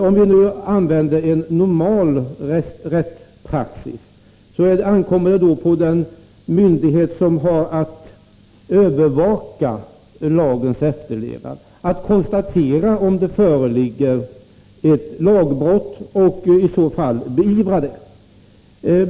Om vi följer normal rättspraxis, finner vi att det är på den myndighet som har att övervaka lagens efterlevnad som det ankommer att konstatera om det föreligger ett lagbrott och i så fall beivra detta.